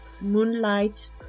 Moonlight